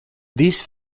this